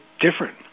different